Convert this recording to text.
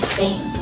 Spain